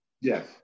Yes